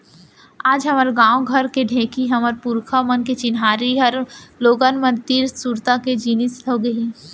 आज हमर गॉंव घर के ढेंकी हमर पुरखा मन के चिन्हारी हर लोगन मन तीर सुरता के जिनिस होगे